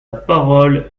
parole